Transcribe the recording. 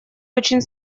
очень